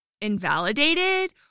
invalidated